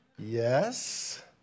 Yes